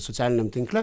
socialiniam tinkle